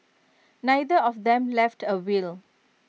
neither of them left A will